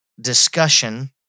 discussion